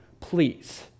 please